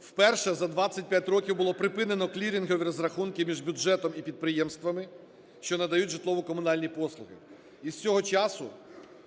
Вперше за 25 років було припинено клірингові розрахунки між бюджетом і підприємствами, що надають житлово-комунальні послуги. Із цього часу